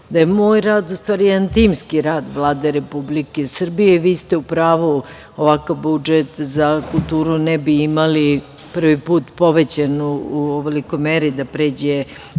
moj rad u stvari jedan timski rad Vlade Republike Srbije. Vi ste u pravu, ovakav budžet za kulturu ne bi imali prvi put povećan u ovolikoj meri, da pređe